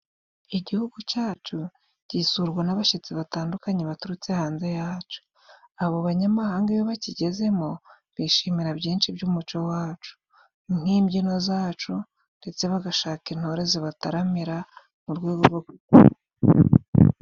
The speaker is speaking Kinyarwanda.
Igihugu cyacu gisurwa n'abashitsi batandukanye baturutse hanze yaco. Abo banyamahanga bakigezemo bishimira byinshi by'umuco wacu nk'imbyino zacu, ndetse bagashaka intore zibataramira mu rwego rwo kwishimisha.